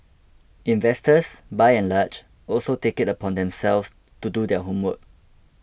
investors by and large also take it upon themselves to do their homework